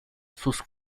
sus